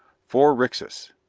four rixas!